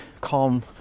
calm